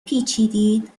پیچیدید